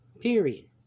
Period